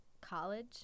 college